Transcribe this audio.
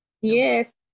yes